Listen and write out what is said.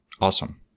Awesome